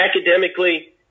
academically